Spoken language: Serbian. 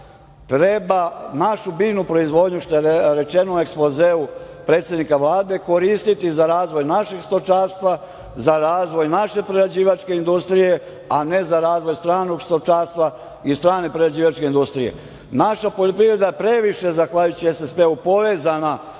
treba našu biljnu proizvodnju, što je rečeno u ekspozeu predsednika Vlade, koristiti za razvoj našeg stočarstva, za razvoj naše prerađivačke industrije, a ne za razvoj stranog stočarstva i strane prerađivačke industrije. Naša poljoprivreda je previše, zahvaljujući SSP-u, povezana